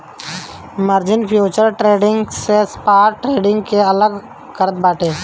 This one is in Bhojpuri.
मार्जिन फ्यूचर्स ट्रेडिंग से स्पॉट ट्रेडिंग के अलग करत बाटे